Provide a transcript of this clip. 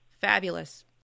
Fabulous